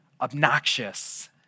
obnoxious